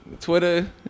Twitter